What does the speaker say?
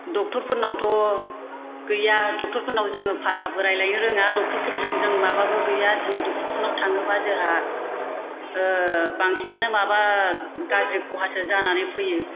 डक्टरफोरनावथ' गैया डाक्टरफोरनाव जों भाषाबो रायलायनो रोङा डाक्टरफोरजों जों माबाबो गैया दिनै डाक्टरफोरनाव थाङोबा जोंहा बांसिनानो माबा गाज्रि खहासो जानानै फैयो